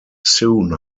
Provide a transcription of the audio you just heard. soon